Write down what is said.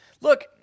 look